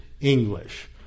English